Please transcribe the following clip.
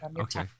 Okay